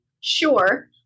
Sure